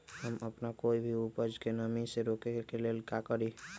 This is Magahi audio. हम अपना कोई भी उपज के नमी से रोके के ले का करी?